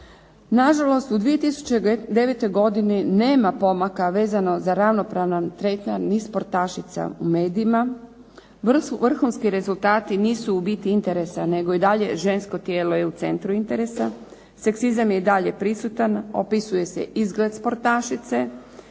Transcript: Na žalost u 2009. godini nema pomaka vezano za ravnopravan tretman ni sportašica u medijima, vrhunski rezultati nisu u biti interesa, nego i dalje žensko tijelo je u centru interesa, seksizam je i dalje prisutan, opisuje se izgled sportašice,